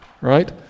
Right